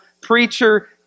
preacher